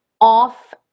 off